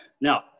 Now